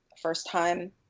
first-time